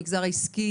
עם המגזר העסקי,